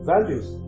Values